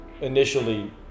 initially